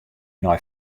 nei